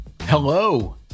Hello